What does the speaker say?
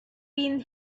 been